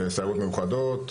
סיירות מיוחדות,